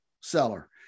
seller